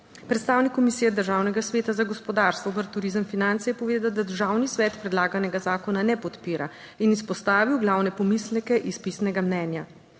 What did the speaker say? Predstavnik Komisije Državnega sveta za gospodarstvo, obrt, turizem in finance je povedal, da Državni svet predlaganega zakona ne podpira in izpostavil glavne pomisleke iz pisnega mnenja.